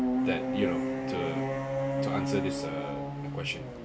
that you know to to answer this uh question